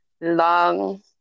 long